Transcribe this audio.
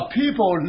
people